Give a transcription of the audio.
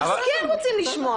אנחנו כן רוצים לשמוע.